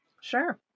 Sure